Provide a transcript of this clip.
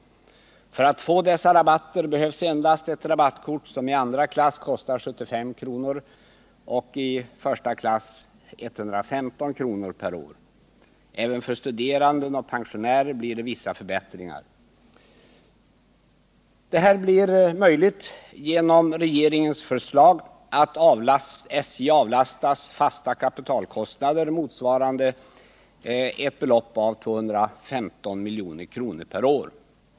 För att få dessa rabatter behövs endast ett rabattkort som i andra klass kostar 75 kr. och i första klass 115 kr. per år. Även för studerande och pensionärer blir det vissa förbättringar. Det här blir möjligt genom regeringens förslag att SJ avlastas fasta kapitalkostnader motsvarande ett belopp av 215 milj.kr. per år.